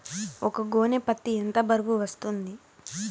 ఒక గోనె పత్తి ఎంత బరువు వస్తుంది?